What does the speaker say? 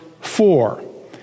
four